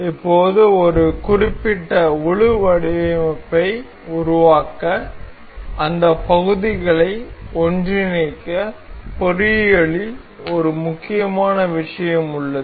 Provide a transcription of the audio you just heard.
இப்போது ஒரு குறிப்பிட்ட முழு வடிவமைப்பை உருவாக்க அந்த பகுதிகளை ஒன்றிணைக்க பொறியியலில் ஒரு முக்கியமான விஷயம் உள்ளது